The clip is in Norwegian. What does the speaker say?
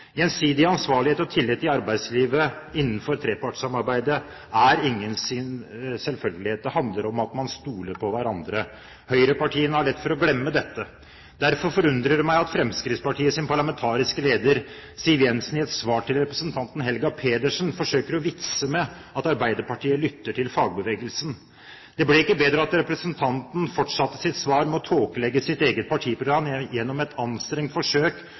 Gjensidig ansvarlighet og tillit i arbeidslivet innenfor trepartssamarbeidet er ingen selvfølgelighet. Det handler om at man stoler på hverandre. Høyrepartiene har lett for å glemme dette. Derfor forundrer det meg at Fremskrittspartiets parlamentariske leder, Siv Jensen, i et svar til representanten Helga Pedersen forsøker å vitse med at Arbeiderpartiet lytter til fagbevegelsen. Det ble ikke bedre av at representanten fortsatte sitt svar med å tåkelegge sitt eget partiprogram gjennom et anstrengt forsøk